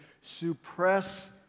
suppress